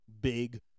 big